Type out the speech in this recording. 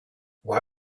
why